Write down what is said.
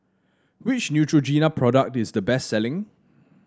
which Neutrogena product is the best selling